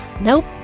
Nope